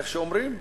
איך שאומרים: